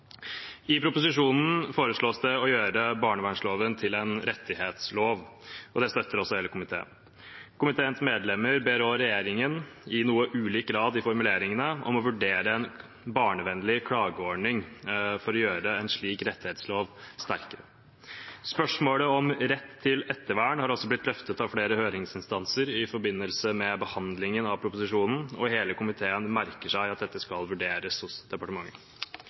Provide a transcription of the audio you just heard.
proposisjonen foreslås det å gjøre barnevernsloven til en rettighetslov. Det støtter hele komiteen. Komiteens medlemmer ber også regjeringen – i noe ulik grad – om å vurdere en barnevennlig klageordning for å gjøre en slik rettighetslov sterkere. Spørsmålet om rett til ettervern har også blitt løftet av flere høringsinstanser i forbindelse med behandlingen av proposisjonen, og hele komiteen merker seg at dette skal vurderes i departementet.